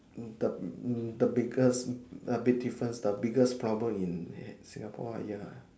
mm the mm the biggest big difference the biggest problem in Singapore uh ya lah